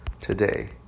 today